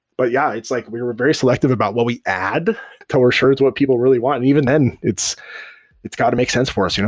but yeah, it's like, we were very selective about what we add until we're sure it's what people really want. and even then, it's it's got to make sense for us. you know